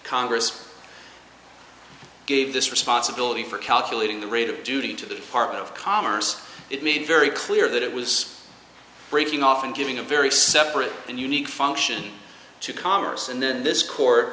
congress gave this responsibility for calculating the rate of duty to the department of commerce it made very clear that it was breaking off and giving a very separate and unique function to congress and then this court